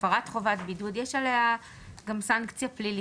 הפרת חובת בידוד, יש עליה גם סנקציה פלילית.